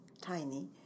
tiny